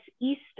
east